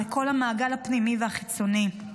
לכל המעגל הפנימי והחיצוני.